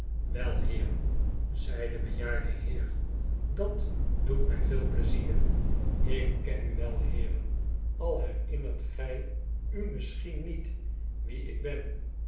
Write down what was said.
wel heeren zei de bejaarde heer dat doet mij veel pleizier ik ken u wel heeren al herinnert gij u misschien niet wie ik ben